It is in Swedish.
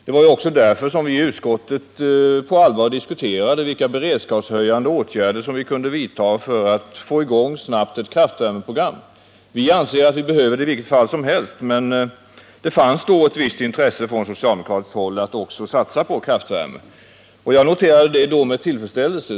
Det var också därför som vi i utskottet på allvar diskuterade vilka beredskaphöjande åtgärder som vi kunde vidta för att snabbt få i gång ett kraftvärmeprogram. Vi anser att vi behöver det i vilket fall som helst, men det fanns då ett visst intresse från socialdemokratiskt håll att också satsa på kraftvärme. Jag noterade det då med tillfredsställelse.